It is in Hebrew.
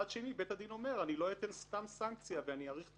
בית הדין אומר: אני לא אתן סתם סנקציה ואני אאריך את